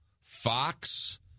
Fox